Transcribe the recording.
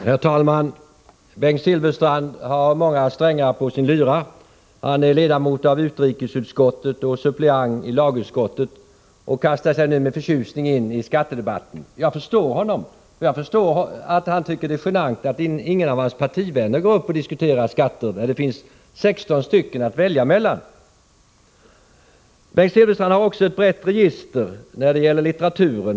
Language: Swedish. Herr talman! Bengt Silfverstrand har många strängar på sin lyra. Han är ledamot av utrikesutskottet och suppleant i lagutskottet, och nu kastar han sig med förtjusning in i skattedebatten. Jag förstår honom, jag förstår att han tycker det är genant att ingen av hans partivänner går upp och diskuterar skatter, när det finns 16 stycket att välja mellan. Bengt Silfverstrand har också ett brett register när det gäller litteratur.